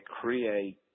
create